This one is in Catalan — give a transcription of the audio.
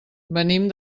venim